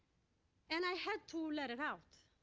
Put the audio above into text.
and i had to let it out.